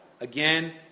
again